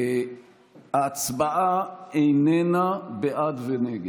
ההצבעה איננה בעד ונגד,